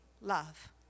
love